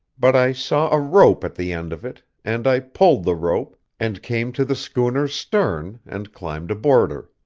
but i saw a rope at the end of it, and i pulled the rope, and came to the schooner's stern, and climbed aboard her.